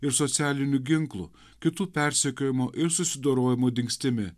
ir socialiniu ginklu kitų persekiojimo ir susidorojimų dingstimi